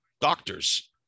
Doctors